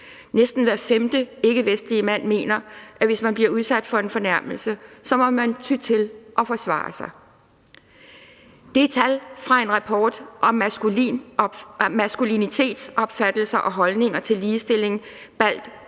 Næsten hver femte ikkevestlige mand mener, at hvis man bliver udsat for en fornærmelse, må man ty til at forsvare sig. Det er tal fra en rapport om maskulinitetsopfattelser og holdninger til ligestilling blandt